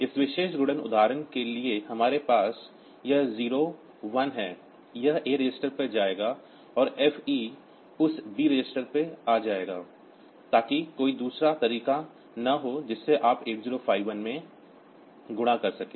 इस विशेष गुणन उदाहरण के लिए कि हमारे पास यह 0 1 है यह A रजिस्टर पर जाएगा और FE उस B रजिस्टर पर आ जाएगा ताकि कोई दूसरा तरीका न हो जिससे आप 8051 में गुणा कर सकें